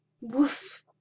woof